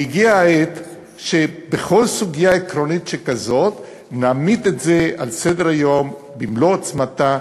והגיעה העת שכל סוגיה עקרונית שכזאת נעמיד על סדר-היום במלוא עוצמתה,